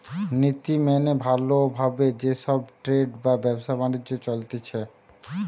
নীতি মেনে ভালো ভাবে যে সব ট্রেড বা ব্যবসা বাণিজ্য চলতিছে